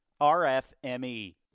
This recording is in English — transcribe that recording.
RFME